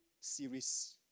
series